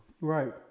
right